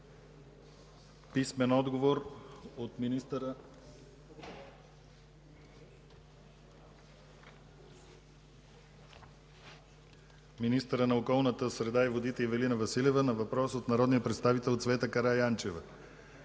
Димитров; - министъра на околната среда и водите Ивелина Василева на въпрос от народния представител Цвета Караянчева;